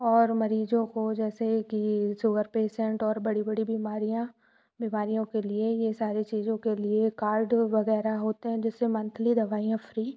और मरीज़ों को जैसे कि सूगर पेसेंट और बड़ी बड़ी बीमारियाँ बीमारियों के लिए ये सारी चीज़ों के लिए कार्ड वग़ैरह होते हैं जिससे मंथली दवाइयाँ फ्री